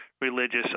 religious